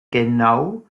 genau